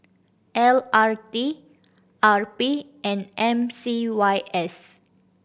L R T R P and M C Y S